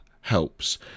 helps